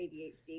ADHD